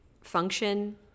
function